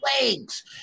legs